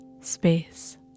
space